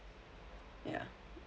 ya